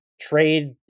trade